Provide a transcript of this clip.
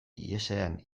ihesean